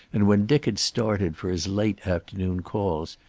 and when dick had started for his late afternoon calls,